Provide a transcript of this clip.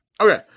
Okay